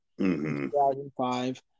2005